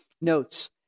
notes